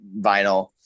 vinyl